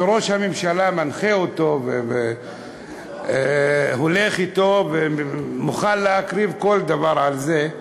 שראש הממשלה מנחה אותו והולך אתו ומוכן להקריב כל דבר על זה,